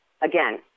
again